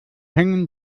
hängen